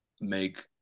make